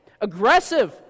aggressive